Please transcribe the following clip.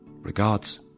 Regards